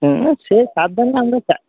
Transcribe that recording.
হুম সে সাবধানে আমরা চা